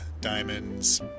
diamonds